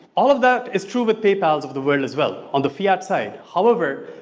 all of that is true with paypals of the world as well, on the fiat side. however,